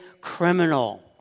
criminal